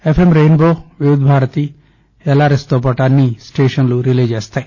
F M rainbow Vividh Bharati LRS తో పాటు అన్ని స్టేషన్లలో రిలే చేస్తారు